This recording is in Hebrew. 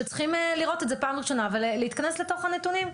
שצריכים לראות את זה בפעם הראשונה ולהתכנס לתוך הנתונים.